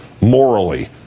morally